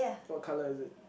what colour is it